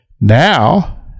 now